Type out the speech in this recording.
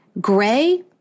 Gray